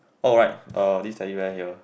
alright uh this teddy bear here